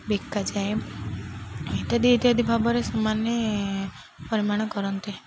ବିକାଯାଏ ଇତ୍ୟାଦି ଇତ୍ୟାଦି ଭାବରେ ସେମାନେ ପରିମାଣ କରନ୍ତେ